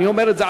אני אומר את זה,